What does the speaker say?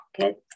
Okay